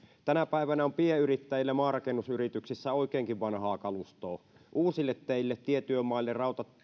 tänä päivänä on pienyrittäjillä maanrakennusyrityksissä oikeinkin vanhaa kalustoa uusille teille tietyömaille